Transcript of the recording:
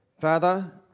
Father